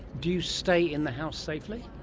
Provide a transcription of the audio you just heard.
do you stay in the house safely?